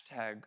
hashtag